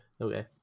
Okay